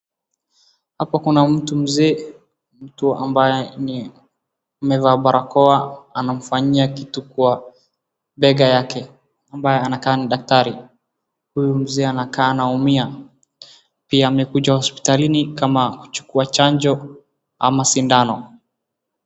Hapa kuna mtu mzee, mtu ambaye ni amevaa barakoa anamfanyia kitu kwa mbega yake ambaye anakaa ni daktari. Huyu mzee anakaa anaumia. Pia amekuja hospitalini kama kuchukua chanjo ama sindano.